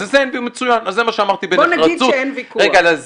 בוא נגיד שאין ויכוח.